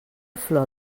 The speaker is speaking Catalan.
flor